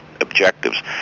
objectives